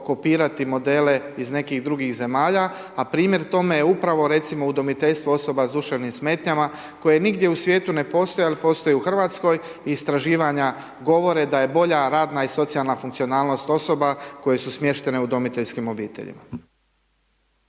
kopirati modele iz nekih drugih zemalja, a primjer tome je upravo, recimo, udomiteljstvo osoba s duševnim smetnjama koje nigdje u svijetu ne postoje, ali postoje u RH, istraživanja govore da je bolja radna i socijalna funkcionalnost osoba koje su smještene u udomiteljskim obiteljima.